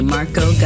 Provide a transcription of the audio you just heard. Marco